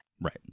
right